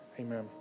Amen